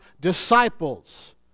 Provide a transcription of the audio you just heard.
disciples